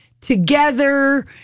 together